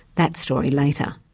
that story, later.